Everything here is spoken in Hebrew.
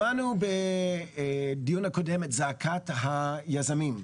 שמענו בדיון הקודם את זעקת היזמים,